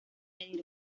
medir